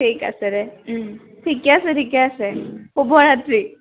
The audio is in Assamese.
ঠিক আছে দে ঠিকে আছে ঠিকে আছে শুভ ৰাত্ৰী